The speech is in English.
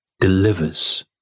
delivers